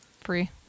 free